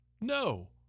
No